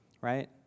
right